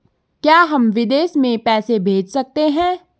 क्या हम विदेश में पैसे भेज सकते हैं?